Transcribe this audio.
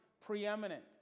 preeminent